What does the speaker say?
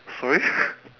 sorry